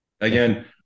again